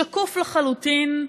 שקוף לחלוטין,